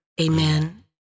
Amen